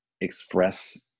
express